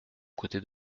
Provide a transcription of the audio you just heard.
côté